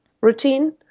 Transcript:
routine